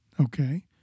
Okay